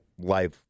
life